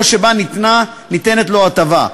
או שבה ניתנת לו הטבה,